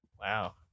Wow